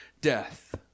death